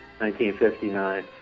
1959